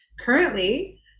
Currently